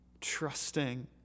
trusting